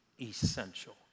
essential